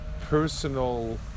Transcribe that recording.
personal